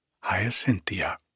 Hyacinthia